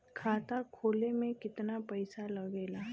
खाता खोले में कितना पईसा लगेला?